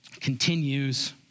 continues